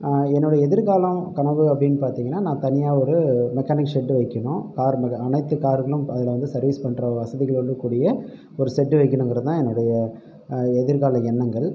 என்னோட எதிர்காலம் கனவு அப்படின்னு பார்த்தீங்கன்னா நான் தனியாக ஒரு மெக்கானிக் ஷெட்டு வைக்கணும் கார் மெக்கா அனைத்து கார்களும் அதில் வந்து சர்வீஸ் பண்ணுற வசதிகளுடன் கூடிய ஒரு ஷெட்டு வைக்கணுங்கிறதுதான் என்னுடைய எதிர்கால எண்ணங்கள்